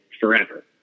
forever